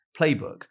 playbook